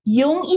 yung